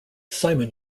simon